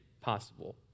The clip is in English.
possible